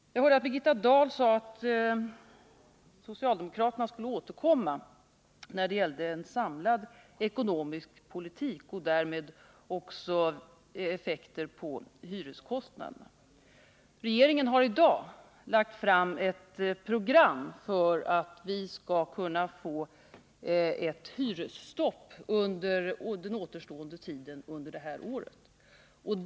Jag hörde att Birgitta Dahl sade att socialdemokraterna skulle återkomma när det gäller en samlad ekonomisk politik och därmed också effekter på hyreskostnaderna. Regeringen har i dag lagt fram ett program för att vi skall få ett hyresstopp under den återstående tiden av detta år.